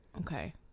Okay